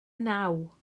naw